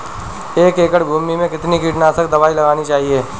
एक एकड़ भूमि में कितनी कीटनाशक दबाई लगानी चाहिए?